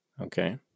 Okay